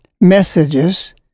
messages